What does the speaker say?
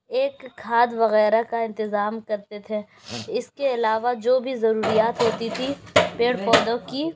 ایک کھاد وغیرہ کا انتظام کرتے تھے اس کے علاوہ جو بھی ضروریات ہوتی تھی پیڑ پودوں کی